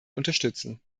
unterstützen